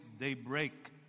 daybreak